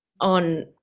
on